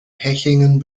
hechingen